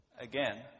again